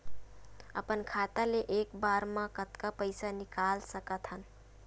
अपन खाता ले एक बार मा कतका पईसा निकाल सकत हन?